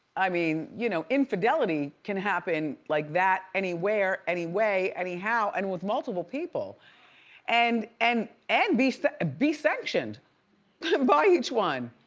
i mean, you know, infidelity can happen like that anywhere anyway, anyhow, and with multiple people and and and be so be sanctioned by each one.